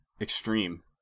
extreme